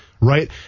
Right